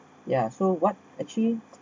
yeah so what actually